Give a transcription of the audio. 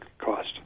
cost